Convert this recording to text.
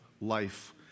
life